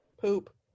Poop